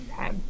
okay